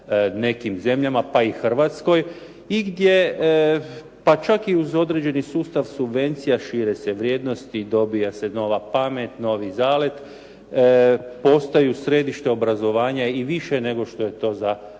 nekim zemljama pa i Hrvatskoj i gdje pa čak i uz određeni sustav subvencija šire se vrijednosti i dobiva se nova pamet, novi zalet. Postaju središte obrazovanja i više nego što je to za vlastitu,